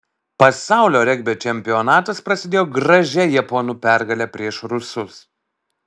pasaulio regbio čempionatas prasidėjo gražia japonų pergale prieš rusus